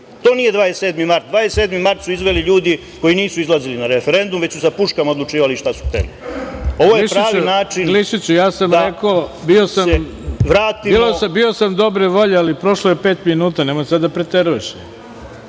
To nije 27. mart, 27. mart su izveli ljudi koji nisu izlazili na referendum, već su sa puškama odlučivali šta su hteli. Ovo je pravi način da se vratimo… **Ivica Dačić** Glišiću, bio sam dobre volje, ali prošlo je pet minuta, nemoj sada da preteruješ.